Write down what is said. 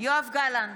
יואב גלנט,